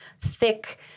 thick